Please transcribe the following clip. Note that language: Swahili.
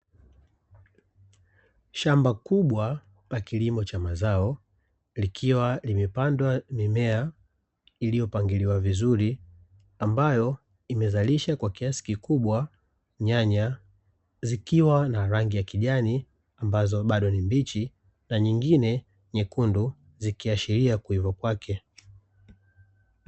Shamba kubwa la kilimo cha mazao likiwa limepandwa mimea iliyopangiliwa vizuri ambayo imezalisha kwa kiasi kikubwa nyanya zikiwa na rangi ya kijani ambazo bado ni mbichi na nyingine nyekundu zikiashiria kuiva kwake.